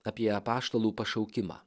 apie apaštalų pašaukimą